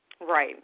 Right